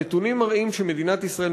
הנתונים מראים שמדינת ישראל,